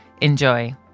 Enjoy